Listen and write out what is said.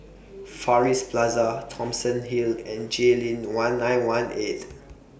Far East Plaza Thomson Hill and Jayleen one nine one eight